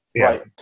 right